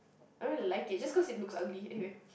I don't like it just cause it looks ugly anyway